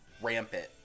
rampant